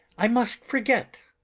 i must forget,